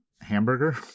hamburger